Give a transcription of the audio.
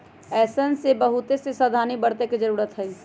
ऐसन में बहुत से सावधानी बरते के जरूरत हई